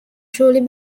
truly